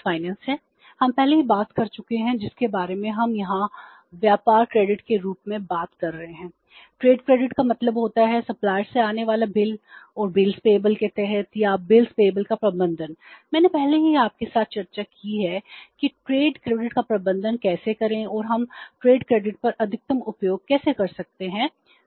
फिर हम अन्य स्रोतों के बारे में बात करते हैं जो सहज वित्त का प्रबंधन कैसे करें और हम ट्रेड क्रेडिट का अधिकतम उपयोग कैसे कर सकते हैं सहज वित्त